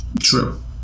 True